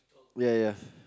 ya ya